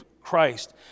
Christ